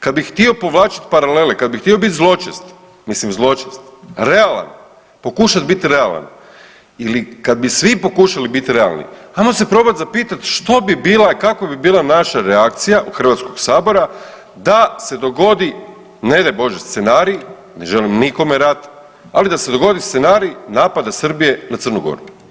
Kad bih htio povlačiti paralele, kad bih htio biti zločest, mislim zločest, realan, pokušat bit realan ili kad bi svi pokušali biti realni ajmo se probati zapitati što bi bila i kako bi naša reakcija, Hrvatskog sabora, da se dogodi ne daj Bože scenarij, ne želim nikome rat, ali da se dogodi scenarij napada Srbije na Crnu Goru.